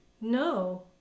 No